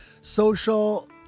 social